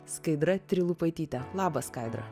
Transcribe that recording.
skaidra trilupaityte labas skaidra